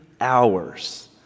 Hours